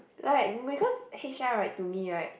like because h_r right to me right it